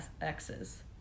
X's